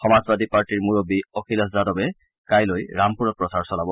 সমাজবাদী পাৰ্টিৰ মূৰববী অখিলেশ যাদৱে কাইলৈ ৰামপুৰত প্ৰচাৰ চলাব